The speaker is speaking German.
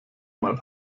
mal